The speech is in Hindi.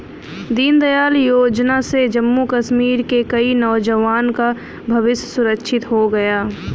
दीनदयाल योजना से जम्मू कश्मीर के कई नौजवान का भविष्य सुरक्षित हो गया